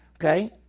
okay